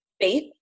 faith